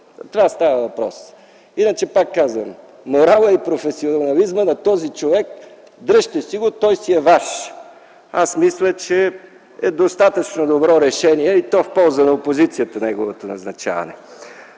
това става въпрос. Иначе пак казвам: моралът и професионализмът на този човек – дръжте си го, той си е ваш. Аз мисля, че е достатъчно добро решение неговото назначаване